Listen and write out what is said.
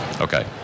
Okay